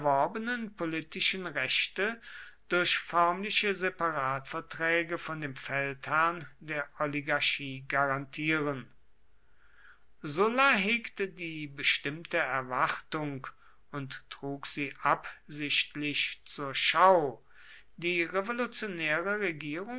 politischen rechte durch förmliche separatverträge von dem feldherrn der oligarchie garantieren sulla hegte die bestimmte erwartung und trug sie absichtlich zur schau die revolutionäre regierung